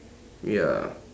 ya